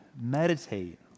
meditate